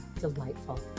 delightful